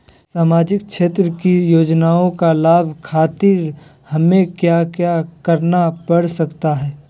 सामाजिक क्षेत्र की योजनाओं का लाभ खातिर हमें क्या क्या करना पड़ सकता है?